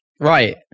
Right